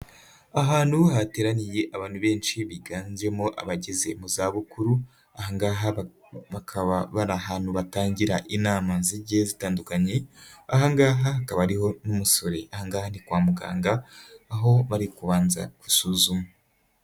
Ahantu hateraniye abantu benshi biganjemo abageze mu zabukuru, ahangaha bakaba bari ahantu batangira inama zigiye zitandukanye, ahangaha hakaba harimo n'umusore, ahangaha ni kwa muganga aho bari kubanza gusuzuma.